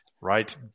right